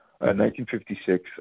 1956